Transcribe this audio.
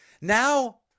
Now